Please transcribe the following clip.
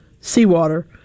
seawater